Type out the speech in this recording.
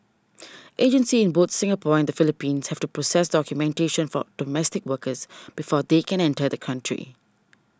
agencies in both Singapore and the Philippines have to process documentation for domestic workers before they can enter the country